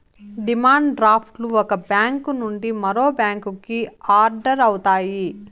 demand draft లు ఒక bank నుండి మరో బ్యాంకుకి ఆర్డర్ అవుతాయి